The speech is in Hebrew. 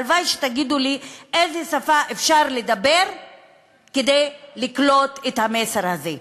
הלוואי שתגידו לי באיזה שפה אפשר לדבר כדי שהמסר הזה ייקלט.